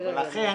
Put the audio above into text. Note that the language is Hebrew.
ולכן